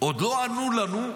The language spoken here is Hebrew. עוד לא ענו לנו,